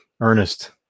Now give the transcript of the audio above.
Ernest